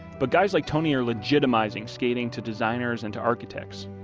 but guys like tony are legitimizing skating to designers and to architects.